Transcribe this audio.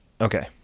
okay